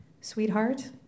Sweetheart